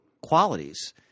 qualities